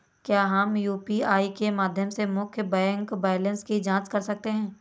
क्या हम यू.पी.आई के माध्यम से मुख्य बैंक बैलेंस की जाँच कर सकते हैं?